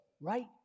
Right